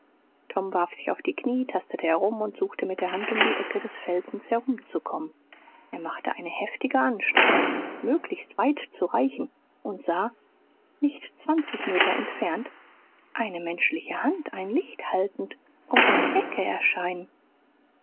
tom warf sich auf die knie tastete herum und suchte mit der hand um die ecke des felsens herumzukommen er machte eine heftige anstrengung möglichst weit zu reichen und sah nicht zwanzig meter entfernt eine menschliche hand ein licht haltend um eine ecke erscheinen